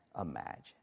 imagine